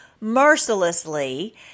mercilessly